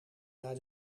naar